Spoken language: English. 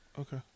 Okay